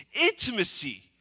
intimacy